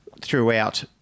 throughout